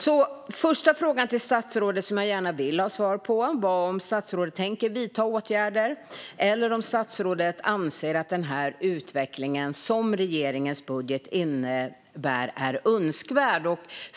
Den första frågan till statsrådet som jag gärna vill ha svar på är om statsrådet tänker vidta åtgärder eller om statsrådet anser att utvecklingen som regeringens budget har lett till är önskvärd.